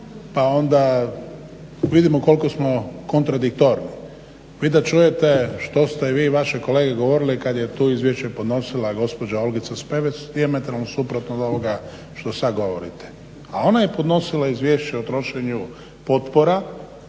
pa onda vidimo koliko smo kontradiktorni. Vi da čujete što ste vi i vaše kolege govorili kad je tu izvješće podnosila gospođa Olgica Spevec, dijametralno suprotno od ovoga što sad govorite, a ona je podnosila izvješće o trošenju potpora